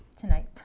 tonight